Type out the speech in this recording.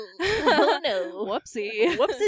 whoopsie